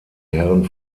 herren